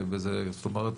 זאת אומרת,